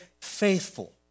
faithful